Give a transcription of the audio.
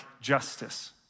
justice